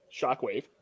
Shockwave